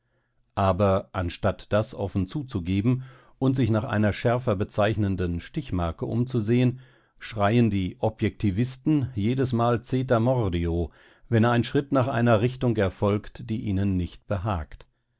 aber anstatt das offen zuzugeben und sich nach einer schärfer bezeichnenden stichmarke umzusehen schreien die objektivisten jedesmal zetermordio wenn ein schritt nach einer richtung erfolgt die ihnen nicht behagt